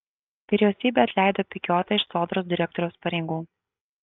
vyriausybė atleido pikiotą iš sodros direktoriaus pareigų